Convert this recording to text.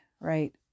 right